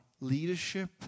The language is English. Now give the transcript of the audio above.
leadership